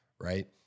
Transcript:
right